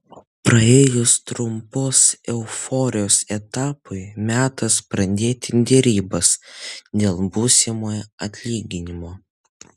praėjus trumpos euforijos etapui metas pradėti derybas dėl būsimojo atlyginimo